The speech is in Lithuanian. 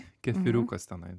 kefyriukas tenai